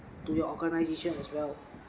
to your organization as well